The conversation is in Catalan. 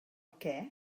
què